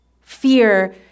fear